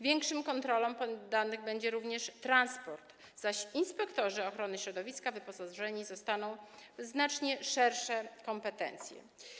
Większym kontrolom poddany będzie również transport, zaś inspektorzy ochrony środowiska wyposażeni zostaną w znacznie szersze kompetencje.